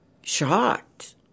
shocked